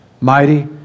mighty